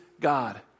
God